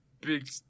big